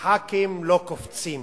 הח"כים לא קופצים.